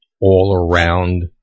all-around